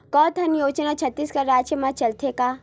गौधन योजना छत्तीसगढ़ राज्य मा चलथे का?